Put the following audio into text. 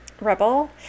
Rebel